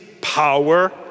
power